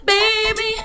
Baby